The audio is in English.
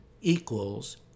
equals